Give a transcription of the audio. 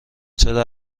چرا